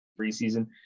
preseason